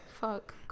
Fuck